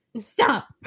stop